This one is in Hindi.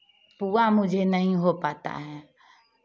पुआ मुझे नहीं हो पाता है